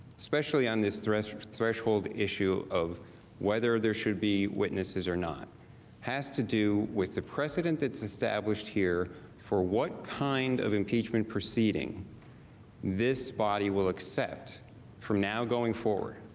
especially on this threshold threshold issue of whether there should be witnesses or not has to do with the president that's established here for what kind of impeachment proceeding this body will accept from now going forward.